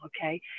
okay